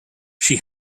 she